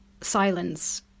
silence